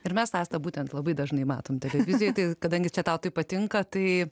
ir mes astą būtent labai dažnai matom televizijoj tai kadangi čia tau taip patinka tai